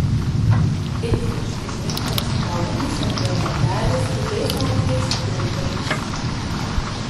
itin iškilmingomis progomis avėjo bateliais kitais atvejais klumpėmis